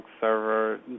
server